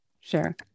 Sure